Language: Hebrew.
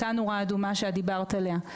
אותה נורה אדומה שאת דיברת עליה,